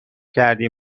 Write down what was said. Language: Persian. کردی